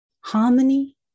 harmony